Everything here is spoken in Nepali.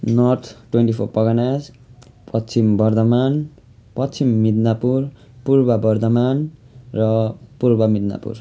north twenty four Parganas Paschim Bardhaman Paschim Midnapore Purba Bardhaman र पूर्व मिदनापुर